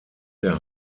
der